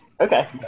Okay